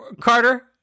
Carter